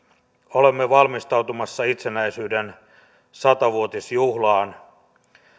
olemme valmistautumassa itsenäisyyden satavuotisjuhlaan